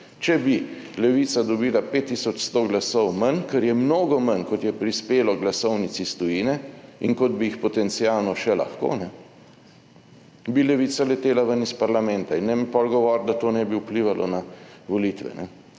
Če bi Levica dobila 5100 glasov manj, ker je mnogo manj, kot je prispelo glasovnic iz tujine in kot bi jih potencialno še lahko, bi Levica letela ven iz parlamenta in ne mi pol govoriti, da to ne bi vplivalo na volitve.